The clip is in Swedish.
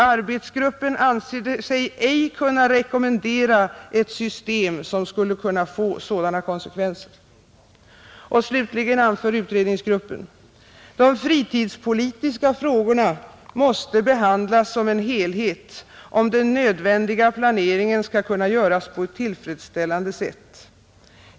Arbetsgruppen anser sig ej kunna rekommendera ett system, som skulle kunna få sådana konsekvenser.” Och slutligen anför utredningsgruppen: ”De fritidspolitiska frågorna måste behandlas som en helhet, om den nödvändiga planeringen skall kunna göras på ett tillfredsställande sätt.